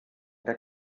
der